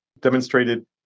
demonstrated